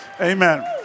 Amen